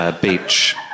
beach